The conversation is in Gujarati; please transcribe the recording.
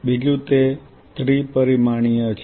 બીજું તે ત્રિ પરિમાણીય છે